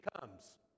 comes